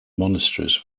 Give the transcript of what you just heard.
monasteries